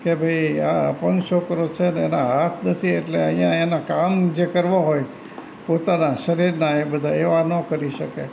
કે ભાઈ આ અપંગ છોકરો છે ને એના હાથ નથી એટલે અહીંયા એના કામ જે કરવા હોય પોતાના શરીરના એ બધા એવા ના કરી શકે